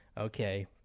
Okay